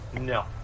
No